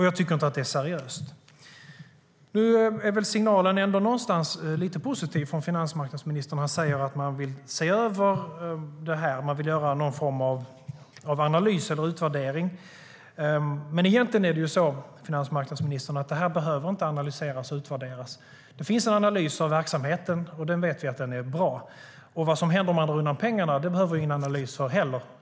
Jag tycker inte att det är seriöst. Nu är ändå signalen från finansmarknadsministern lite positiv. Han säger att man vill se över det här och göra någon form av analys eller utvärdering. Men egentligen behöver detta inte analyseras eller utvärderas. Det finns en analys av verksamheten, och vi vet att den är bra. Vad som händer om man drar undan pengarna behöver vi ingen analys av heller.